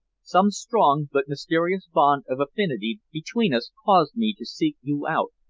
some strong but mysterious bond of affinity between us caused me to seek you out,